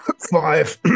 Five